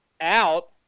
out